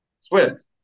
Swift